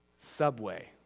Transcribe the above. Subway